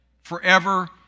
forever